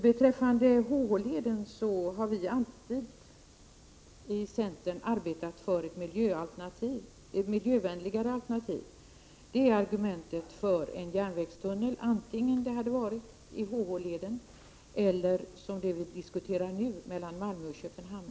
Beträffande H—-H-leden har vi i centern alltid arbetat för ett miljövänligare alternativ, alltså för en järnvägstunnel antingen i H-H-leden eller mellan Malmö och Köpenhamn — och det är ju vad vi nu diskuterar.